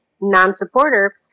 non-supporter